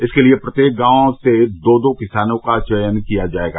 इसके लिये प्रत्येक गाव से दो दो किसानों का चयन किया जायेगा